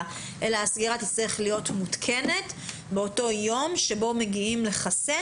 אלא הסגירה תצטרך להיות מותקנת באותו יום שבו מגיעים לחסן.